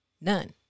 None